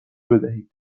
بدهید